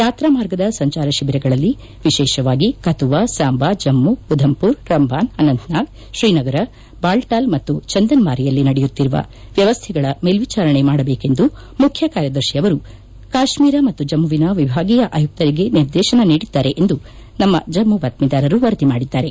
ಯಾತ್ರಾ ಮಾರ್ಗದ ಸಂಚಾರ ಶಿಬಿರಗಳಲ್ಲಿ ವಿಶೇಷವಾಗಿ ಕಥುವಾ ಸಾಂಬಾ ಜಮ್ಮು ಉಧಂಪುರ್ ರಂಬಾನ್ ಅನಂತ್ನಾಗ್ ಶ್ರೀನಗರ ಬಾಲ್ಡಾಲ್ ಮತ್ತು ಚಂದನ್ವಾರಿಯಲ್ಲಿ ನಡೆಯುತ್ತಿರುವ ವ್ಯವಸ್ಥೆಗಳ ಮೇಲ್ವಿಚಾರಣೆ ಮಾಡಬೇಕೆಂದು ಮುಖ್ಯ ಕಾರ್ಯದರ್ಶಿ ಅವರು ಕಾಶ್ಮೀರ ಮತ್ತು ಜಮ್ಮವಿನ ವಿಭಾಗೀಯ ಆಯುಕ್ತರಿಗೆ ನಿರ್ದೇಶನ ನೀಡಿದ್ದಾರೆ ಎಂದು ನಮ್ಮ ಜಮ್ಮು ಬಾತ್ವೀದಾರರು ವರದಿ ಮಾಡಿದ್ದಾರೆ